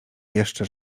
jeszcze